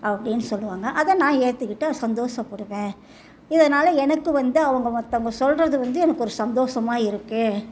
அப்படின்னு சொல்லுவாங்க அதை நான் ஏற்றுக்கிட்டு சந்தோசப்படுவேன் இதனால் எனக்கு வந்து அவங்க மற்றவங்க சொல்கிறது வந்து எனக்கு ஒரு சந்தோசமாக இருக்குது